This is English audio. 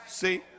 See